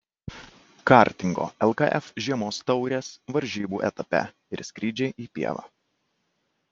kartingo lkf žiemos taurės varžybų etape ir skrydžiai į pievą